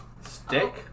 Stick